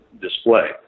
display